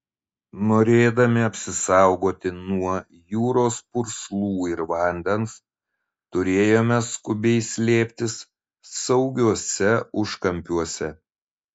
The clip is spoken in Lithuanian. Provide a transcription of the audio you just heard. norėdami apsisaugoti nuo jūros purslų ir vandens turėjome skubiai slėptis saugiuose užkampiuose